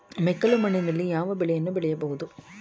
ಮೆಕ್ಕಲು ಮಣ್ಣಿನಲ್ಲಿ ಯಾವ ಬೆಳೆಯನ್ನು ಬೆಳೆಯಬಹುದು?